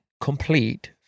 complete